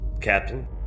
Captain